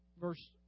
Verse